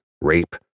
rape